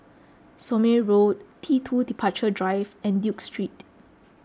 Somme Road T two Departure Drive and Duke Street